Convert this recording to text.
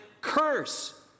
curse